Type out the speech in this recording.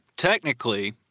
Technically